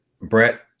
Brett